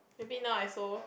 maybe now I saw